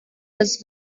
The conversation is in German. das